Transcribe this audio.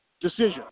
decision